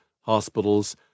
hospitals